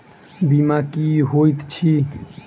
बीमा की होइत छी?